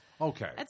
Okay